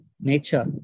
nature